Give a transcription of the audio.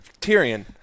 Tyrion